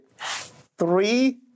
three